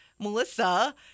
Melissa